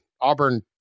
Auburn